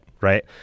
right